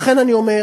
לכן אני אומר,